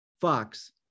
fox